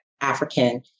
African